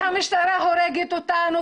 כי המשטרה הורגת אותנו,